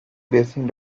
basing